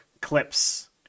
clips